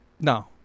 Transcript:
No